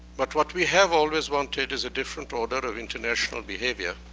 but what we have always wanted is a different order of international behavior.